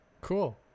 Cool